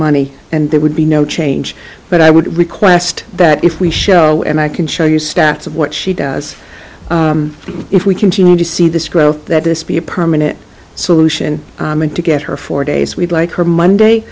money and there would be no change but i would request that if we show and i can show your stats of what she does if we continue to see this growth that this be a permanent solution meant to get her four days we'd like her monday